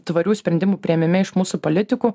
tvarių sprendimų priėmime iš mūsų politikų